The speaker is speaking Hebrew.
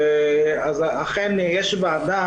אכן יש ועדה,